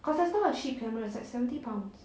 because that's not a cheap camera it's like seventy pounds